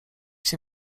się